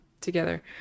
together